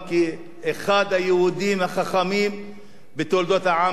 החכמים בתולדות העם היהודי לדורותיו.